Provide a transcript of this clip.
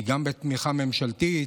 שהיא גם בתמיכה ממשלתית,